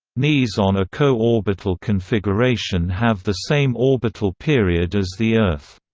neas on a co-orbital configuration have the same orbital period as the earth.